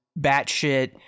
batshit